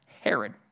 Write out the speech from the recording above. Herod